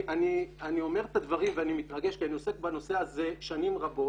אני אומר את הדברים ואני מתרגש כי אני עוסק בנושא הזה שנים רבות.